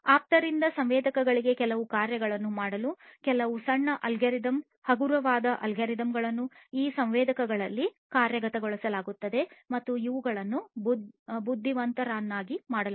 ಆಪ್ತರಿಂದ ಸಂವೇದಕಗಳಲ್ಲಿ ಕೆಲವು ಕಾರ್ಯಗಳನ್ನು ಮಾಡಲು ಕೆಲವು ಸಣ್ಣ ಅಲ್ಗೊರಿದಮ್ ಹಗುರವಾದ ಅಲ್ಗೊರಿದಮ್ಗಳನ್ನು ಈ ಸಂವೇದಕಗಳಲ್ಲಿ ಕಾರ್ಯಗತಗೊಳಿಸಲಾಗುತ್ತದೆ ಮತ್ತು ಇವುಗಳನ್ನು ಬುದ್ಧಿವಂತರನ್ನಾಗಿ ಮಾಡಲಾಗುವುದು